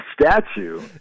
statue